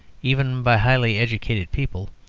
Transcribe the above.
even by highly educated people,